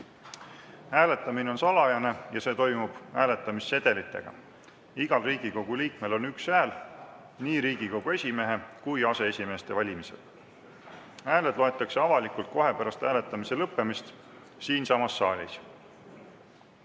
Hääletamine on salajane ja see toimub hääletamissedelitega. Igal Riigikogu liikmel on üks hääl nii Riigikogu esimehe kui ka aseesimeeste valimisel. Hääled loetakse avalikult kohe pärast hääletamise lõppemist siinsamas saalis.